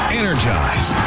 energize